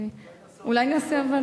אולי נעשה,